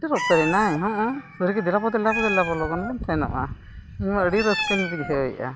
ᱥᱮᱴᱮᱨ ᱩᱛᱟᱹᱨᱱᱟᱭ ᱦᱚᱜᱼᱚᱸᱭ ᱵᱷᱟᱹᱜᱤ ᱫᱮᱞᱟ ᱵᱚ ᱫᱮᱞᱟ ᱵᱚᱱ ᱞᱚᱜᱚᱱ ᱵᱚᱱ ᱥᱮᱱᱚᱜᱼᱟ ᱤᱧᱢᱟ ᱟᱹᱰᱤ ᱨᱟᱹᱥᱠᱟᱹᱧ ᱵᱩᱡᱷᱟᱹᱣᱮᱜᱼᱟ